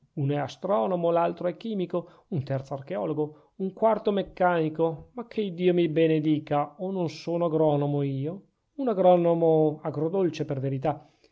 è astronomo l'altro è chimico un terzo archeologo un quarto meccanico ma che iddio mi benedica o non sono agronomo io un agronomo agrodolce per verità